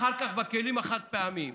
אחר כך בכלים החד-פעמיים,